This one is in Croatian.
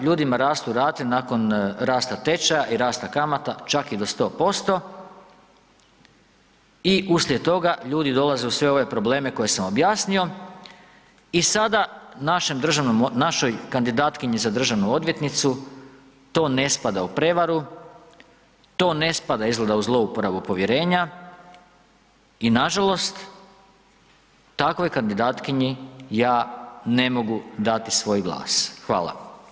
Ljudima rastu rate nakon rasta tečaja i rasta kamata čak i do 100% i uslijed toga ljudi dolaze u sve ove probleme koje sam objasnio i sada našem državnom, našoj kandidatkinji za državnu odvjetnicu to ne spada u prevaru to ne spada izgleda u zlouporabu povjerenja i nažalost, takvoj kandidatkinji ja ne mogu dati svoj glas, hvala.